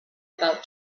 about